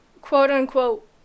quote-unquote